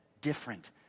different